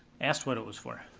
asked what it was for.